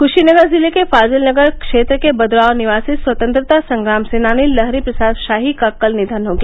कुशीनगर जिले के फाजिलनगर क्षेत्र के बद्रांव निवासी स्वतंत्रता संग्राम सेनानी लहरी प्रसाद शाही का कल निधन हो गया